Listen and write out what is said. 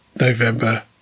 November